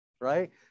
right